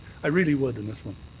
i really would on this one.